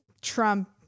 Trump